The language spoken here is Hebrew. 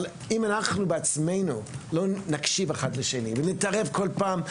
אבל אם אנחנו בעצמנו לא נקשיב אחד לשני ונתערב כל פעם,